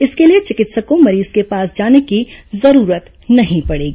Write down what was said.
इसके लिए चिकित्सक को मरीज के पास जाने की जरूरत नहीं पड़ेगी